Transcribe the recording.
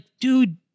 dude